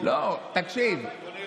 קונה לו.